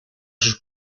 sus